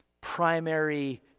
primary